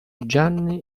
gianni